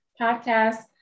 Podcast